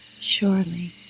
Surely